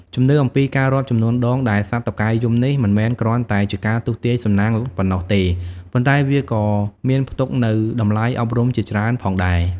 ជំនឿអំពីការរាប់ចំនួនដងដែលសត្វតុកែយំនេះ មិនមែនគ្រាន់តែជាការទស្សន៍ទាយសំណាងប៉ុណ្ណោះទេ ប៉ុន្តែវាក៏មានផ្ទុកនូវតម្លៃអប់រំជាច្រើនផងដែរ។